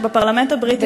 בפרלמנט הבריטי,